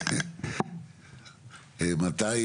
מתי